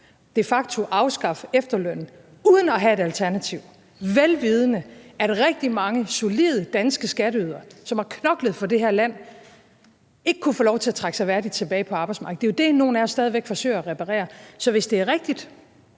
de facto at afskaffe efterlønnen uden at have et alternativ, vel vidende at rigtig mange solide danske skatteydere, som har knoklet for det her land, ikke kunne få lov til at trække sig værdigt tilbage fra arbejdsmarkedet. Det er jo det, nogle af os stadig forsøger at reparere. Så hvis det er rigtigt,